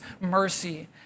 mercy